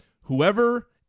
Whoever